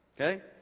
Okay